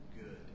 good